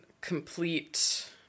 complete